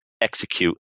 Execute